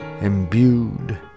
imbued